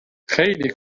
خیلی